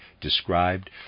described